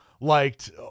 liked